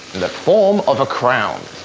the form of a crown